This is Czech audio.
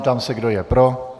Ptám se, kdo je pro.